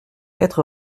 être